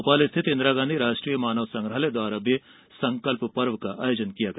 भोपाल स्थित इंदिरा गांधी राष्ट्रीय मानव संग्रहालय द्वारा संकल्प पर्व का आयोजन किया गया